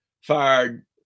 fired